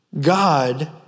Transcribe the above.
God